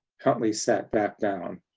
huntley sat back down.